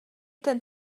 ten